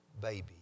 baby